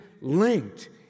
linked